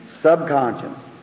subconscious